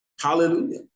Hallelujah